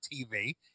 TV